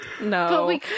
no